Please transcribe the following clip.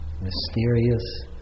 mysterious